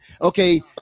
okay